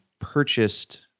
purchased